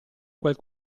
quel